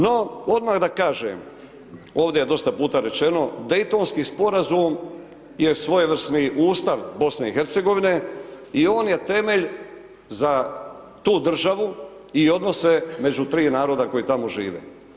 No, odmah da kažem ovdje je dosta puta rečeno Daytonski sporazum je svojevrsni Ustav BiH i on je temelj za tu državu i odnose među tri naroda koji tamo žive.